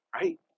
right